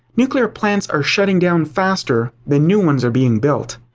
nuclear plants are shutting down faster than new ones are being built.